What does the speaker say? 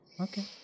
Okay